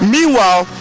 Meanwhile